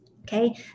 okay